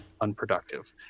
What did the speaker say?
unproductive